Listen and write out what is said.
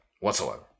whatsoever